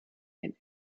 ein